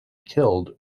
killed